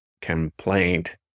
complaint